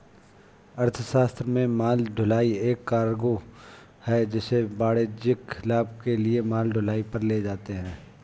अर्थशास्त्र में माल ढुलाई एक कार्गो है जिसे वाणिज्यिक लाभ के लिए माल ढुलाई पर ले जाते है